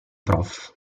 prof